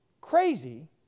crazy